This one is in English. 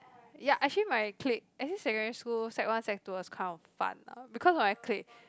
ya actually my clique actually sec one sec two was kind of fun ah because of my clique